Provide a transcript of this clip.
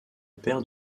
père